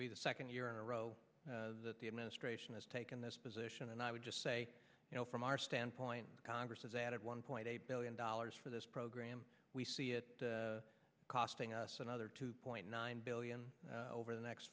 be the second year in a row that the administration has taken this position and i would just say you know from our standpoint congress has added one point eight billion dollars for this program we see it costing us another two point nine billion over the next